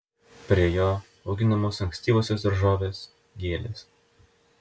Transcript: prie jo auginamos ankstyvosios daržovės gėlės